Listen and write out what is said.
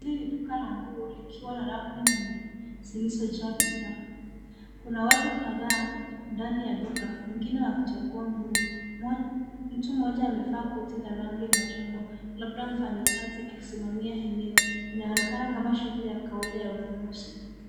Hii ni duka la nguo likiwa na rafu nyingi zilizojaa bidhaa. Kuna watu kadhaa ndani ya duka, wengine wakichagua nguo. Mtu mmoja amevaa koti la rangi ya machungwa, labda mfanyikazi akisimamia eneo. Inaonekana kama shughuli ya kawaida ya ununuzi.